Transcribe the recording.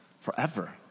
forever